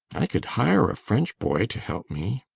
i could hire a french boy to help me,